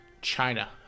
China